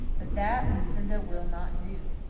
but that lucinda will not do.